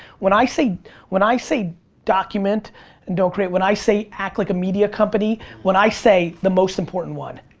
when i say when i say document and don't create, when i say act like a media company, when i say the most important one,